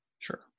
Sure